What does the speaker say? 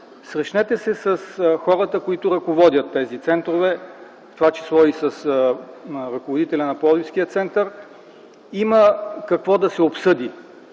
срещнете се с хората, които ръководят тези центрове, в това число и с ръководителя на пловдивския център. Има какво да се обсъди.